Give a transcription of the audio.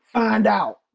find out.